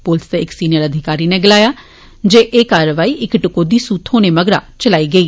plus दे दक senior अधिकारी नै गलाया ऐ जे एह कारवाई इक टकोदी सूह थ्होने मगरा चलाई गेई